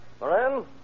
Moran